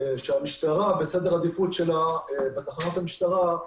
שהמשטרה בסדר עדיפות שלה בתחנות המשטרה,